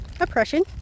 oppression